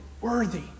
worthy